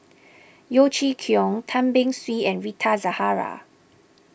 Yeo Chee Kiong Tan Beng Swee and Rita Zahara